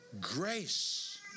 Grace